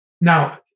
Now